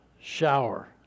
shower